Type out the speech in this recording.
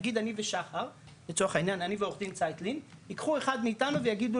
נגיד אני ועורך דין ציטלין ייקחו אחד מאיתנו ויגידו